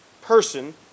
person